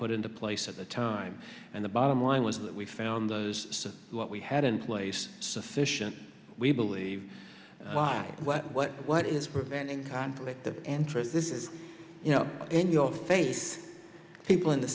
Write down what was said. put into place at the time and the bottom line was that we found those what we had in place sufficient we believe what what what is preventing conflict of interest this is you know i think people in the